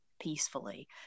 peacefully